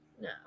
No